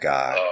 God